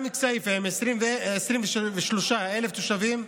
גם כסייפה, עם יותר מ-23,000 תושבים,